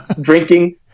drinking